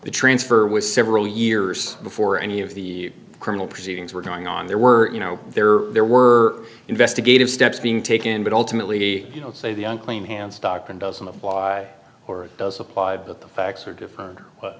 the transfer was several years before any of the criminal proceedings were going on there were you know there there were investigative steps being taken but ultimately you know say the unclean hands doctrine doesn't apply or does apply but the facts are different